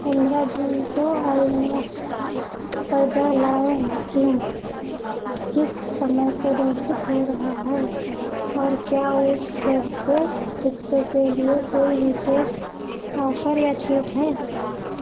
पन्द्रह जून को आईनॉक्स पर द लायन किन्ग किस समय प्रदर्शित हो रहा है और क्या उस शो के टिकटों के लिए कोई विशेष ऑफ़र या छूट है